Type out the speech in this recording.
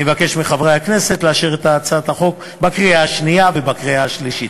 אני מבקש מחברי הכנסת לאשר את הצעת החוק בקריאה שנייה ובקריאה שלישית.